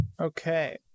Okay